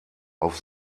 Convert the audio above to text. auf